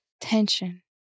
tension